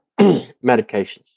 medications